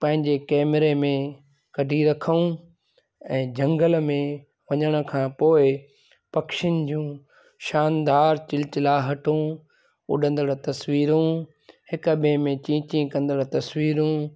पंहिंजे कैमरे में कढी रखऊं ऐं झंगल में वञण खां पोइ पक्षियुनि जूं शानदार चिल चिलाहटूं उॾंदण तस्वीरूं हिक ॿिए में चीं चीं कंदणु तस्वीरूं